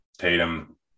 Tatum